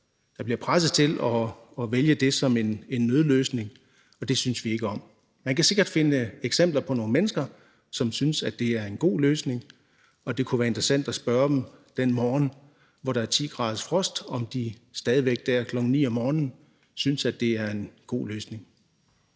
der bliver presset til at vælge det som en nødløsning, og det synes vi ikke om. Man kan sikkert finde eksempler på nogle mennesker, som synes, at det er en god løsning – og det kunne være interessant at spørge dem den morgen, hvor der er 10 graders frost, om de stadig væk dér kl. 9.00 om morgenen synes, at det er en god løsning.